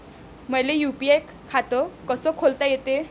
मले यू.पी.आय खातं कस खोलता येते?